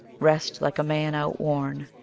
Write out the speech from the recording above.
rest like a man outworn,